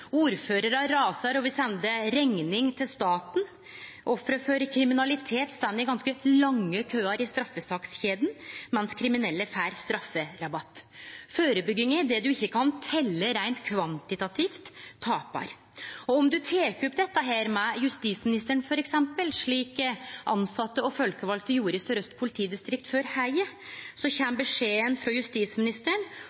Ordførarar rasar og vil sende rekninga til staten. Offer for kriminalitet står i ganske lange køar i straffesakskjeda, mens kriminelle får strafferabatt. Førebygging av det ein ikkje kan telje reint kvantitativt, taper. Om ein tek opp dette med justisministeren, f.eks., slik tilsette og folkevalde gjorde i Sør-Aust politidistrikt